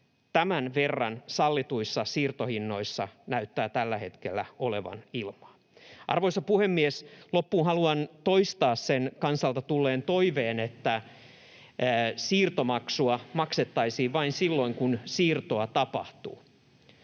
tämän verran sallituissa siirtohinnoissa näyttää tällä hetkellä olevan ilmaa. Arvoisa puhemies! Loppuun haluan toistaa sen kansalta tulleen toiveen, että siirtomaksua maksettaisiin vain silloin, kun siirtoa tapahtuu.